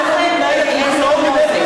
נגד אורי מקלב,